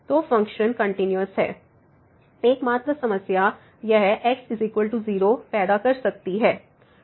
तो function continuous है एकमात्र समस्या यह x0 पर पैदा कर सकती है